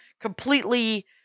completely